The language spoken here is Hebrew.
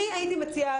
הייתי מציעה,